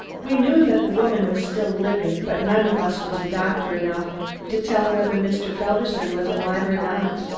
we knew that the woman was still living, but none of us was doctor enough to tell whether mr. felderson was alive or not.